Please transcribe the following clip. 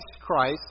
Christ